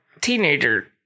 teenager